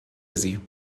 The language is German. sie